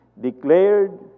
declared